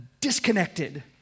disconnected